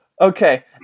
Okay